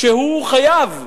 שהוא חייב,